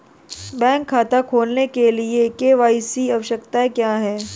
Bank खाता खोलने के लिए के.वाई.सी आवश्यकताएं क्या हैं?